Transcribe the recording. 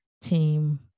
team